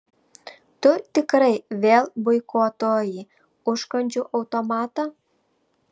tu tikrai vėl boikotuoji užkandžių automatą